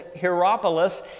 Hierapolis